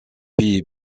pays